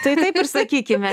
tai taip ir sakykime